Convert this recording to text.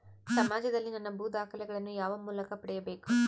ಸಮಾಜದಲ್ಲಿ ನನ್ನ ಭೂ ದಾಖಲೆಗಳನ್ನು ಯಾವ ಮೂಲಕ ಪಡೆಯಬೇಕು?